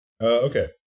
Okay